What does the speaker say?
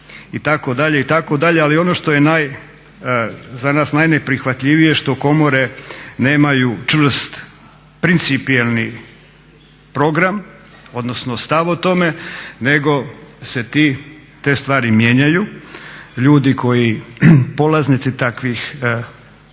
odraditi itd. itd. Ali ono što je za nas najneprihvatljivije što komore nemaju čvrst principijelni program odnosno stav o tome nego se te stvari mijenjaju, ljudi koji, polaznici takvih ispita